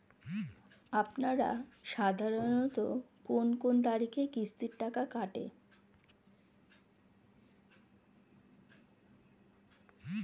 আপনারা সাধারণত কোন কোন তারিখে কিস্তির টাকা কাটে?